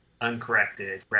uncorrected